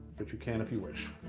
but you can if you wish.